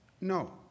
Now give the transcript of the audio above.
No